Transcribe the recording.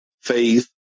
Faith